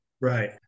Right